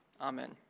amen